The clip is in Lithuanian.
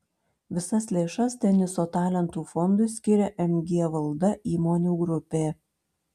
visas lėšas teniso talentų fondui skiria mg valda įmonių grupė